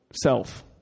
self